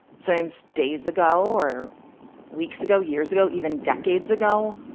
sometimes days ago or weeks ago, years ago, even decades ago.